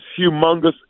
humongous